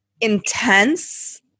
intense